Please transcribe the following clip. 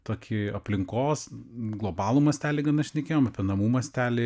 tokį aplinkos globalų mastelį gana šnekėjom apie namų mastelį